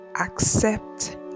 accept